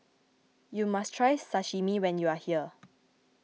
you must try Sashimi when you are here